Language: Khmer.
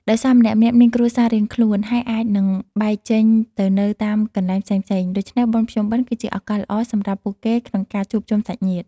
ដោយសារម្នាក់ៗមានគ្រួសាររៀងខ្លួន ហើយអាចនឹងបែកចេញទៅនៅតាមកន្លែងផ្សេងៗ ដូច្នេះបុណ្យភ្ពុំបិណ្ឌគឺជាឱកាសល្អសម្រាប់ពួកគេក្នុងការជួបជុំសាច់ញាតិ។